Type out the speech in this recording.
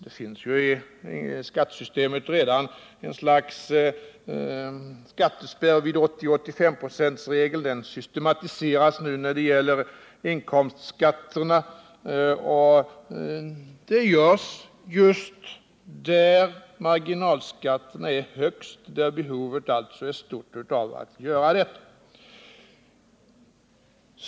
Det finns i skattesystemet redan ett slags skattespärr i form av 80/85-procentsregeln. Den systematiseras nu när det gäller inkomstskatterna, och det görs just där marginalskatten är högst, där behovet alltså är stort av att göra detta.